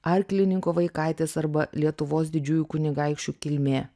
arklininko vaikaitis arba lietuvos didžiųjų kunigaikščių kilmė